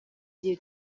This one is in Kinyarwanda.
gihe